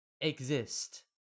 exist